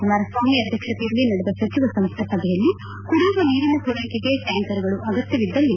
ಕುಮಾರಸ್ವಾಮಿ ಅಧ್ಯಕ್ಷತೆಯಲ್ಲಿ ನಡೆದ ಸಚಿವ ಸಂಪುಟ ಸಭೆಯಲ್ಲಿ ಕುಡಿಯುವ ನೀರಿನ ಪೂರೈಕೆಗೆ ಟ್ಕಾಂಕರ್ಗಳು ಅಗತ್ತವಿದ್ದಲ್ಲಿ